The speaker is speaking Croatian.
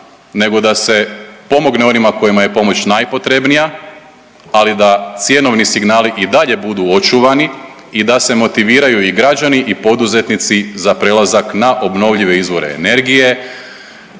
nego da se pomogne onima kojima je pomoć najpotrebnija, ali da cjenovni signali i dalje budu očuvani i da se motiviraju i građani i poduzetnici za prelazak na obnovljive izvore energije,